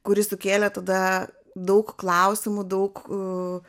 kuri sukėlė tada daug klausimų daug